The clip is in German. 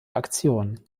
aktion